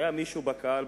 לא היה מישהו בקהל,